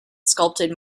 sculpted